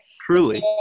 Truly